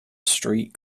street